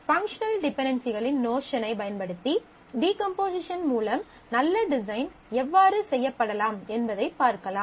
functional டிபென்டென்சிகளின் நோஷனை பயன்படுத்தி டீகம்போசிஷன் மூலம் நல்ல டிசைன் எவ்வாறு செய்யப்படலாம் என்பதைப் பார்க்கலாம்